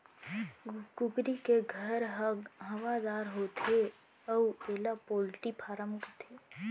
कुकरी के घर ह हवादार होथे अउ एला पोल्टी फारम कथें